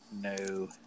No